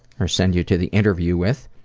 or send you to the interview with,